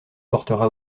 portera